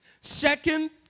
Second